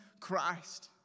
Christ